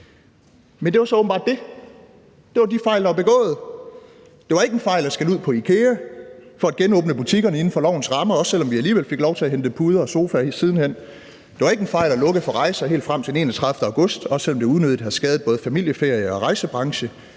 Men det var så åbenbart det. Det var de fejl, der blev begået. Det var ikke en fejl at skælde ud på IKEA for at genåbne butikkerne inden for lovens rammer, også selv om vi alligevel fik lov til at hente puder og sofaer sidenhen. Det var ikke en fejl at lukke for rejser helt frem til den 31. august, også selv om det unødigt har skadet både familieferier og rejsebranche,